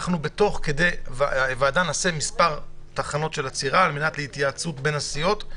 נעשה תוך כדי הדיון מספר תחנות של עצירה לצורך התייעצות בין הסיעות,